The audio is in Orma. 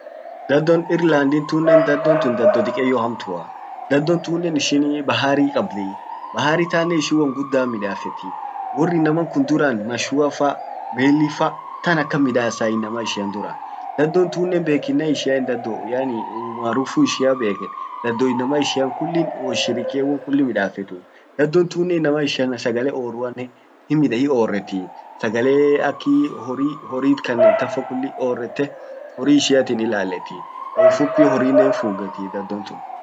Dhadon Ireland tunnen, dhadon tun dhado dikkeyyo hamtua. Dhadon tunnen ishin bahari kabdi, bahari tannen ishin won guddan midafeti. Wor inaman kun duran mashuafa, mellifa tan akan midassa inama ishian kun duran. Dhadon tunnen bekinna ishian dhado yaani umaarufu ishia beken, dhado inama ishian kullin wot shirikie won kulli midafetuu. dhadon tunnen inama ishian sagale orruanen hiorreti. sagale aki horri horrit kannen tanfa kulli orrete, horri ishiatin ilalet. kwa ufupi horrinen hinfugetti dhadon tun.